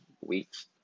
weeks